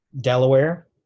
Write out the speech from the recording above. Delaware